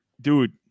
dude